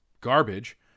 garbage